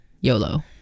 yolo